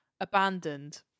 abandoned